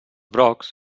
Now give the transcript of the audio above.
brocs